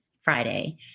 Friday